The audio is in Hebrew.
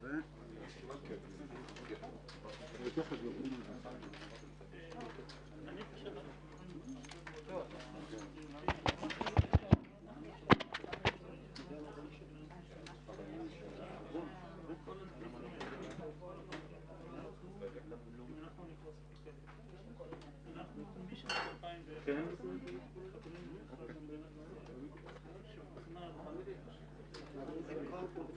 09:41.